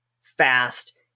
fast